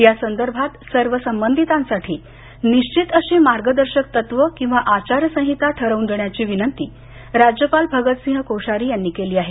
या संदर्भात सर्व संबंधितांसाठी निश्चित अशी मार्गदर्शक तत्त्वं किंवा आचारसंहिता ठरवून देण्याची विनंती राज्यपाल भगतसिंह कोश्यारी यांनी केली आहे